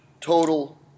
total